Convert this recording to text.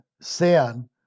sin